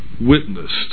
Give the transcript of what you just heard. witnessed